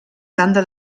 tanda